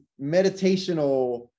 meditational